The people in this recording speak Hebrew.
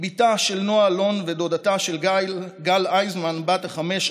היא בתה של נועה אלון ודודתה של גל אייזנמן בת החמש,